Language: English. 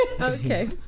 okay